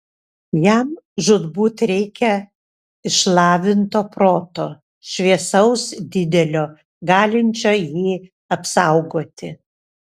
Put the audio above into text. jam žūtbūt reikia išlavinto proto šviesaus didelio galinčio jį apsaugoti